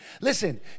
Listen